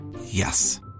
Yes